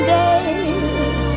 days